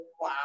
Wow